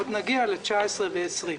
עוד נגיע ל-2019 ול-2020.